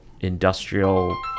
industrial